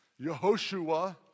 Yehoshua